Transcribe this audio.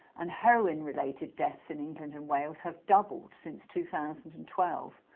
and heroin-related deaths in england and wales have doubled since two thousand and twelve.